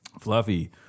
Fluffy